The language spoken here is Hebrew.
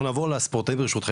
אנחנו נעבור לספורטאים ברשותכם,